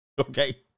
Okay